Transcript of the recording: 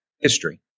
history